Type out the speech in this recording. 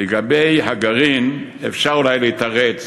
לגבי הגרעין אפשר אולי לתרץ